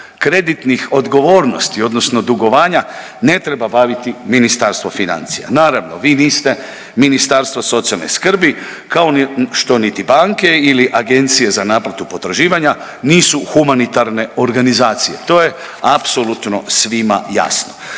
kreditnih odgovornosti odnosno dugovanja ne treba baviti Ministarstvo financija. Naravno, vi niste Ministarstvo socijalne skrbi kao što niti banke ili agencije za naplatu potraživanja nisu humanitarne organizacije. To je apsolutno svima jasno.